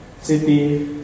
city